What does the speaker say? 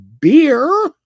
beer